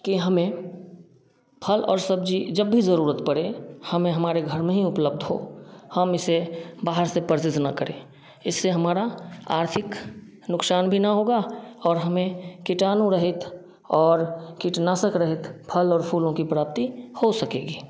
कि हमें फल और सब्जी जब भी जरूरत पड़े हमें हमारे घर में ही उपलब्ध हो हम इसे बाहर से परसेज़ न करे इससे हमारा आर्थिक नुकसान भी ना होगा और हमें कीटाणु रहित और कीटनाशक रहित फल और फूलों की प्राप्ति हो सकेगी